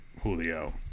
Julio